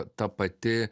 ta pati